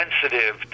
sensitive